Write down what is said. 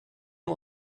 nur